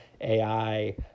AI